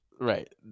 right